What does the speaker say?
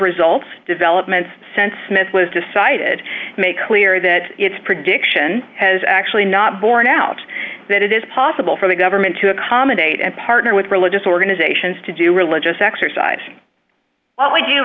results developments since smith was decided to make clear that its prediction has actually not borne out that it is possible for the government to accommodate and partner with religious organizations to do religious exercise